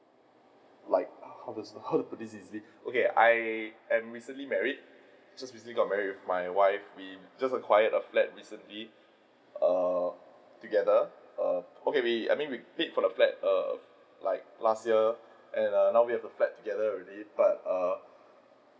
like how how to put it easily okay I am recently married just recently got married with my wife we just acquired a flat recently err together err okay we I mean we paid for the flat err like last year and now we have the flat together already but err